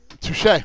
Touche